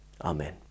Amen